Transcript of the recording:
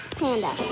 panda